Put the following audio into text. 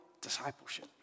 discipleship